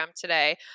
today